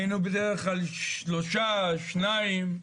היינו בדרך כלל שלושה, שניים,